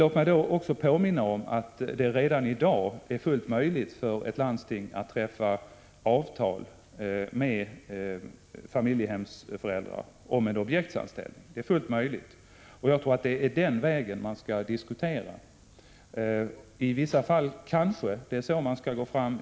Låt mig också påminna om att det redan i dag är fullt möjligt för ett landsting att träffa avtal med familjehemsföräldrar om en objektsanställning. Jag tror att det är denna väg som man skall diskutera. I vissa fall kanske det är så man skall gå fram.